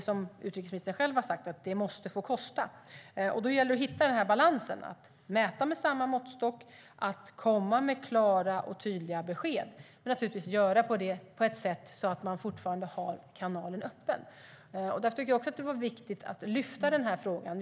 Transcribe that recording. Som utrikesministern själv har sagt måste det få kosta. Då gäller det att hitta balansen, att mäta med samma måttstock, att komma med klara och tydliga besked och att göra det på ett sätt så att man fortfarande har kanalen öppen. Därför tycker jag att det var viktigt att lyfta den här frågan.